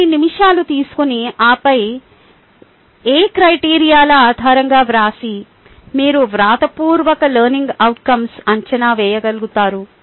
కొన్ని నిమిషాలు తీసుకొని ఆపై ఏ క్రైటీరియాల ఆధారంగా వ్రాసి మీరు వ్రాతపూర్వక లెర్నింగ్ అవుట్కంస్ అంచనా వేయగలుగుతారు